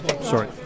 sorry